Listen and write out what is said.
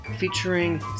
featuring